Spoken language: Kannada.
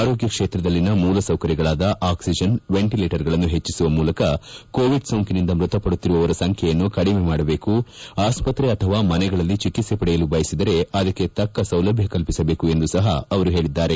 ಆರೋಗ್ಯ ಕ್ಷೇತ್ರದಲ್ಲಿನ ಮೂಲ ಸೌಕರ್ಯಗಳಾದ ಆಕ್ಸಿಜನ್ ವೆಂಟೀಲೇಟರ್ಗಳನ್ನು ಪೆಚ್ಚಿಸುವ ಮೂಲಕ ಕೋವಿಡ್ ಸೋಂಕಿನಿಂದ ಮೃತಪಡುತ್ತಿರುವವರ ಸಂಖ್ಯೆಯನ್ನು ಕಡಿಮೆ ಮಾಡಬೇಕು ಆಸ್ಪತ್ರೆ ಅಥವಾ ಮನೆಗಳಲ್ಲಿ ಚಿಕಿತ್ಸೆ ಪಡೆಯಲು ಬಯಸಿದರೆ ಅದಕ್ಕೆ ತಕ್ಕ ಸೌಲಭ್ಯ ಕಲ್ಪಿಸಬೇಕು ಎಂದು ಸಪ ಅವರು ಹೇಳಿದ್ದಾರೆ